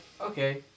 okay